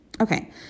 Okay